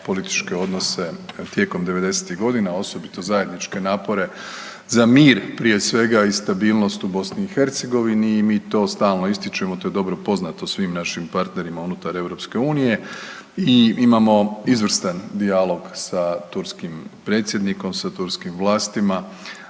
političke odnose tijekom '90.-tih godina, osobito zajedničke napore za mir prije svega i stabilnost u BiH i mi to stalno ističemo. To je dobro poznato svim našim partnerima unutar EU i imamo izvrstan dijalog sa turskim predsjednikom, sa turskim vlastima.